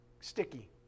sticky